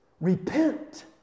Repent